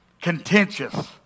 contentious